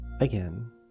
again